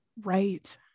Right